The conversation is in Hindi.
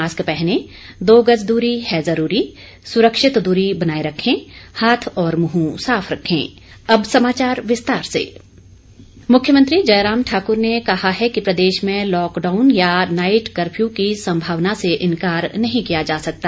मास्क पहनें दो गज दूरी है जरूरी सुरक्षित दूरी बनाये रखें हाथ और मुंह साफ रखें मुरव्यमंत्री मुख्यमंत्री जयराम ठाकुर ने कहा है कि प्रदेश में लॉकडाउन या नाईट कर्फ्यू की संभावना से इनकार नहीं किया जा सकता